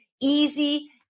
easy